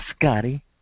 Scotty